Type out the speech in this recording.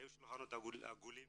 היו שולחנות עגולים